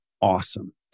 awesome